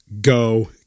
go